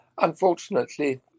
Unfortunately